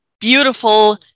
beautiful